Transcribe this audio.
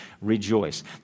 Rejoice